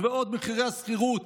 ועוד מחירי השכירות,